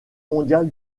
mondial